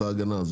את ההגנה הזאת.